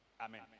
Amen